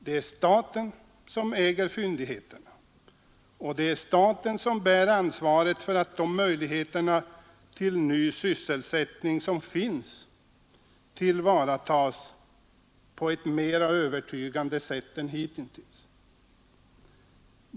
Det är staten som äger fyndigheterna, och det är staten som bär ansvaret för att de möjligheter till ny sysselsättning som finns blir tillvaratagna på ett mer övertygande sätt än hitintills.